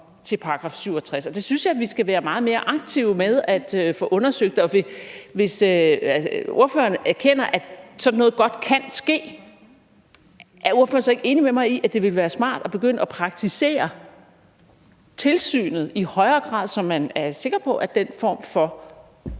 til § 67, og det synes jeg at vi skal være meget mere aktive med at få undersøgt. For hvis ordføreren erkender, at sådan noget godt kan ske, er ordføreren så ikke enig med mig i, at det ville være smart at begynde at praktisere tilsynet i højere grad, så man er sikker på, at den form for